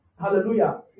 hallelujah